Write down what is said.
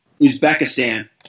Uzbekistan